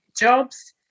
Jobs